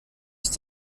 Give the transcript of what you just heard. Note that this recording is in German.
ist